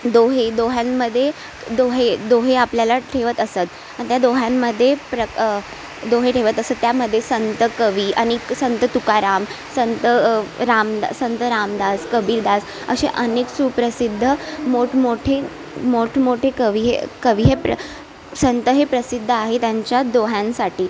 दोहे दोह्यांमध्ये दोहे दोहे आपल्याला ठेवत असत त्या दोह्यांमध्ये प्रक् दोहे ठेवत असत त्यामध्ये संत कवी आणि संत तुकाराम संत रामदा संत रामदास कबीरदास अशे अनेक सुप्रसिद्ध मोठमोठे मोठमोठे कवी हे कवी हे प्र संत हे प्रसिद्ध आहे त्यांच्या दोह्यांसाठी